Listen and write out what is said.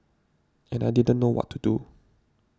and I didn't know what to do